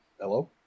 Hello